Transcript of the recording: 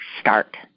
start